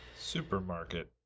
Supermarket